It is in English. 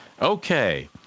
Okay